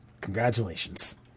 congratulations